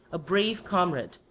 a brave comrade,